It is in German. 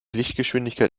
lichtgeschwindigkeit